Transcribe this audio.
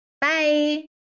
Bye